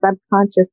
subconscious